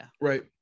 Right